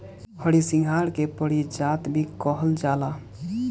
हरसिंगार के पारिजात भी कहल जाला